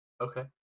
Okay